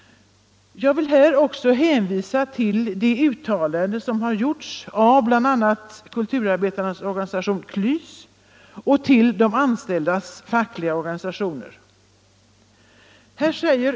Jag vill här hänvisa till det uttalande som gjorts av bl.a. kulturarbetarnas organisation KLYS och till de anställdas fackliga organisation.